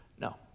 No